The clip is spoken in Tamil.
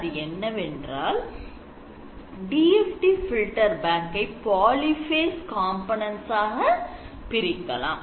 அது என்னவென்றால் DFT filter bank ஐ polyphase components ஆக பிரிக்கலாம்